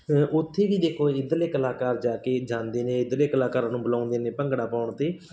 ਅਤੇ ਉੱਥੇ ਵੀ ਦੇਖੋ ਇੱਧਰਲੇ ਕਲਾਕਾਰ ਜਾ ਕੇ ਜਾਂਦੇ ਨੇ ਇੱਧਰਲੇ ਕਲਾਕਾਰਾਂ ਨੂੰ ਬੁਲਾਉਂਦੇ ਨੇ ਭੰਗੜਾ ਪਾਉਣ ਅਤੇ